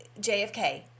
JFK